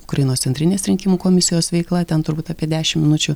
ukrainos centrinės rinkimų komisijos veikla ten turbūt apie dešimt minučių